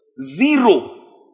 Zero